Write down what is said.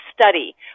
study